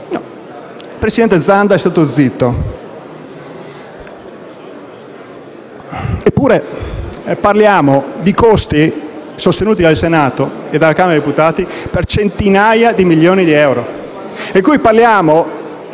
Il presidente Zanda è stato zitto. Eppure parliamo di costi sostenuti dal Senato e dalla Camera dei deputati per centinaia di milioni di euro